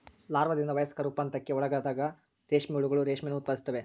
ಲಾರ್ವಾದಿಂದ ವಯಸ್ಕ ರೂಪಾಂತರಕ್ಕೆ ಒಳಗಾದಾಗ ರೇಷ್ಮೆ ಹುಳುಗಳು ರೇಷ್ಮೆಯನ್ನು ಉತ್ಪಾದಿಸುತ್ತವೆ